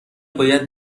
باید